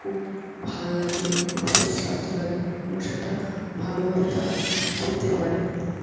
খুব ভাল লাগে ও লাগে এবং সেটা ভালোভাবে তারা খেতে পারে